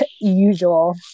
usual